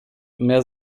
mehr